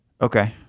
Okay